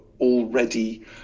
already